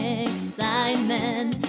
excitement